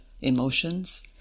emotions